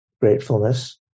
gratefulness